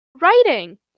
writing